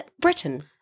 Britain